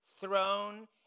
throne